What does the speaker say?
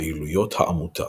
פעילויות העמותה